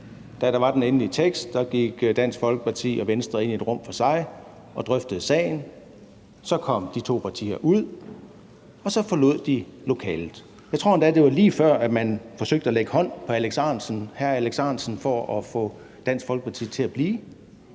da der var en endelig tekst, gik Dansk Folkeparti og Venstre ind i et rum for sig og drøftede sagen. Så kom de to partier ud, og så forlod de lokalet. Jeg tror endda, det var lige før, man forsøgte at lægge hånd på hr. Alex Ahrendtsen for at få Dansk Folkeparti til at blive.